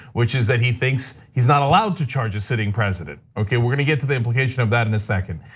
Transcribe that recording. which is that, he thinks he's not allowed to charge a seating president, okay. we're gonna get to the implication of that in a second.